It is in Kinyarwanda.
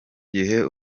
gihe